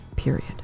period